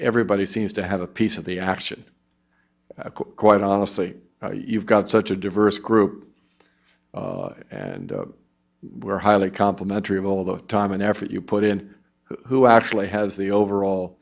everybody seems to have a piece of the action quite honestly now you've got such a diverse group and we're highly complimentary of all the time and effort you put in who actually has the overall